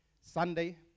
Sunday